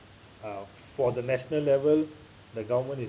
uh for the national level the government is